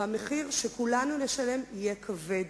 והמחיר שכולנו נשלם יהיה כבד.